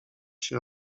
się